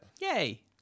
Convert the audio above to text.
Yay